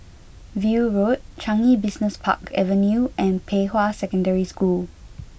View Road Changi Business Park Avenue and Pei Hwa Secondary School